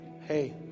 hey